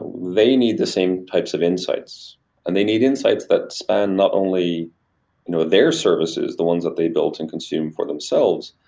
ah they need the same types of insights and they need insights that span not only you know their services, the ones that they built and consume for themselves,